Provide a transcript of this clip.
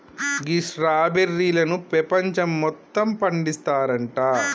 గీ స్ట్రాబెర్రీలను పెపంచం మొత్తం పండిస్తారంట